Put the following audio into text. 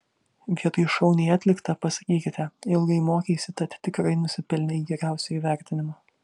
vietoj šauniai atlikta pasakykite ilgai mokeisi tad tikrai nusipelnei geriausio įvertinimo